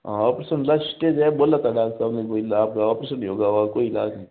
operation last stage है बोला था डोक्टर साहब ने कोई इलाज ऑपरेशन ही होगा और कोई इलाज नहीं